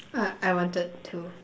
I I wanted to